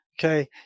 okay